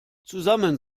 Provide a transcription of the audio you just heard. zusammen